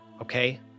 okay